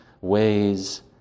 ways